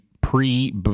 pre